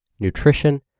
nutrition